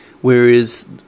whereas